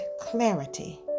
clarity